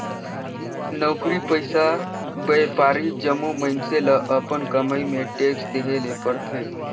नउकरी पइसा, बयपारी जम्मो मइनसे ल अपन कमई में टेक्स देहे ले परथे